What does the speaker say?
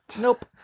Nope